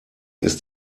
ist